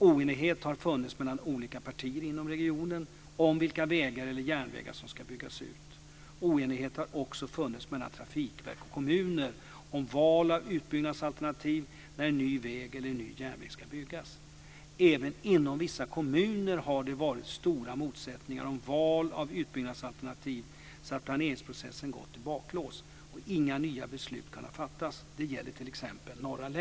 Det har rått oenighet mellan olika partier inom regionen om vilka vägar eller järnvägar som ska byggas ut. Det har också rått oenighet mellan trafikverk och kommuner om val av utbyggnadsalternativ när en ny väg eller en ny järnväg ska byggas. Även inom vissa kommuner har det funnits stora motsättningar om val av utbyggnadsalternativ så att planeringsprocessen har gått i baklås. Inga nya beslut har kunnat fattas. Det gäller t.ex.